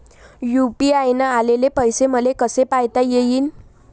UPI न आलेले पैसे मले कसे पायता येईन?